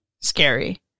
scary